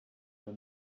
man